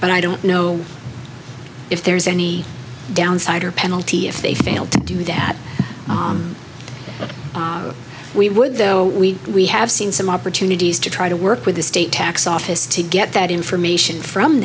but i don't know if there's any downside or penalty if they fail to do that we would though we we have seen some opportunities to try to work with the state tax office to get that information from